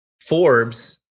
Forbes